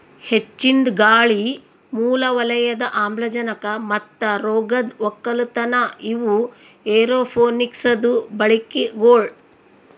ಹೆಚ್ಚಿಂದ್ ಗಾಳಿ, ಮೂಲ ವಲಯದ ಆಮ್ಲಜನಕ ಮತ್ತ ರೋಗದ್ ಒಕ್ಕಲತನ ಇವು ಏರೋಪೋನಿಕ್ಸದು ಬಳಿಕೆಗೊಳ್